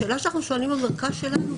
השאלה שאנחנו שואלים במרכז שלנו,